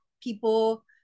people